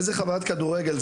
איזה חווית כדורגל,